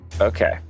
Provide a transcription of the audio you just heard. Okay